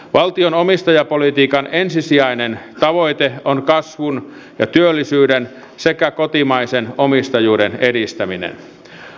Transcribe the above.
valtion omistajapolitiikan ensisijainen tavoite on kasvun ja työllisyyden sekä kotimaisen omistajuuden edistäminen